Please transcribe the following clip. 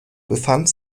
befand